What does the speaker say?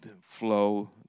flow